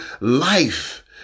life